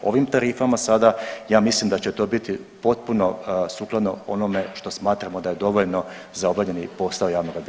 Ovim tarifama sada ja mislim da će to biti potpuno sukladno onome što smatramo da je dovoljno za obavljeni posao javnoga bilježnika.